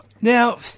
Now